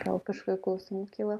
gal kažkokių klausimų kyla